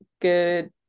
good